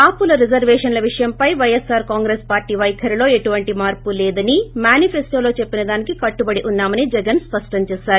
కాపుల రిజర్వేషన్ల విషయం పై పైఎస్సార్ కాంగ్రెస్ పార్లీ పైఖరిలో ఎలాంటి మార్పులేదని మేనిఫెస్టోలో చెప్పినదానికి కట్టుబడి ఉన్నామని జగన్ స్పష్టం చేశారు